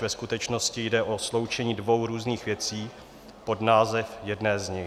Ve skutečnosti jde o sloučení dvou různých věcí pod název jedné z nich.